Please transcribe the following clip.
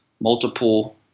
multiple